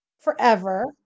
forever